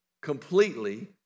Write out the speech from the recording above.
completely